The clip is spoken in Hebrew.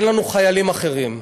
אין לנו חיילים אחרים.